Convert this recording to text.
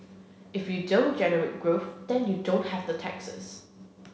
if you don't generate growth then you don't have the taxes